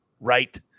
right